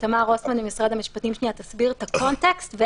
שתמר רוסמן ממשרד המשפטים תסביר את הקונטקסט,